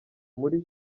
muri